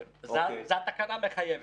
התקנה מחייבת.